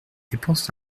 dépense